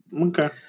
Okay